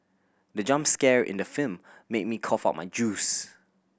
the jump scare in the film made me cough out my juice